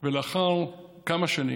ולאחר כמה שנים,